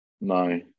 no